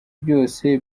byose